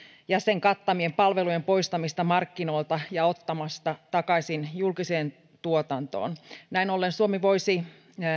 ja sen kattamien palvelujen poistamista markkinoilta ja ottamasta takaisin julkiseen tuotantoon näin ollen suomi voisi